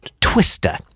Twister